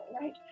right